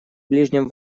ближнем